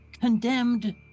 condemned